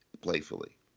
playfully